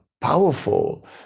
powerful